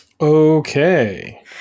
Okay